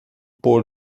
por